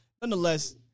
Nonetheless